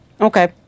Okay